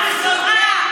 אתה יודע מה?